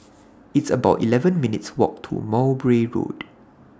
It's about eleven minutes' Walk to Mowbray Road